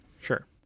Sure